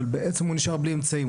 אבל בעצם הוא נשאר בלי אמצעים,